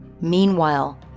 Meanwhile